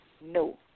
No